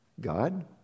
God